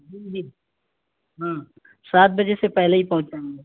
جی جی ہاں سات بجے سے پہلے ہی پہنچ جائیں گے